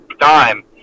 time